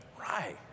Right